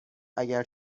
اگر